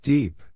Deep